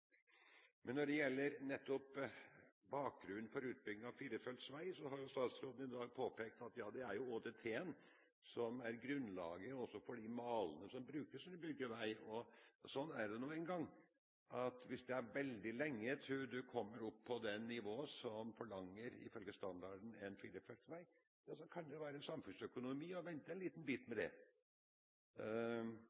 Men når det gjelder nettopp bakgrunnen for utbygging av firefelts vei, har statsråden i dag påpekt at det er ÅDT-en som er grunnlaget også for de malene som brukes når man bygger vei. Det er nå engang sånn at hvis det er veldig lenge til man kommer opp på det nivået der man ifølge standarden forlanger en firefelts vei, kan det jo være samfunnsøkonomi i å vente